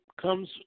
comes